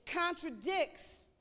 contradicts